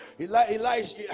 Elijah